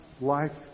life